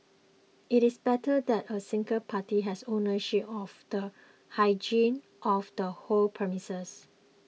it is better that a single party has ownership of the hygiene of the whole premise